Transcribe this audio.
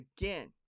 again